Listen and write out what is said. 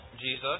Jesus